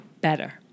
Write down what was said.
better